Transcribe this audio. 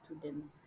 students